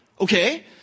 Okay